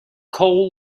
coal